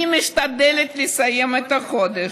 אני משתדלת לסיים את החודש.